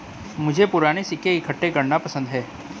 मुझे पूराने सिक्के इकट्ठे करना पसंद है